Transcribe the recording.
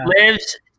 lives